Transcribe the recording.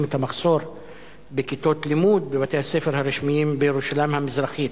את המחסור בכיתות לימוד בבתי-הספר הרשמיים בירושלים המזרחית.